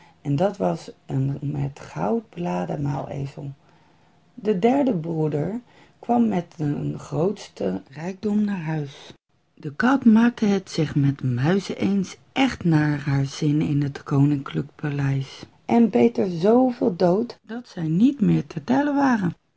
en dat was een met goud beladen muilezel de derde broeder kwam met den grootsten rijkdom naar huis de kat maakte het zich met de muizen eens echt naar haar zin in het koninklijk paleis en beet er zooveel dood dat zij niet meer te tellen waren